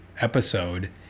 episode